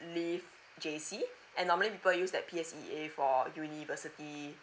leave J_C and normally people use that P_S_E_A for university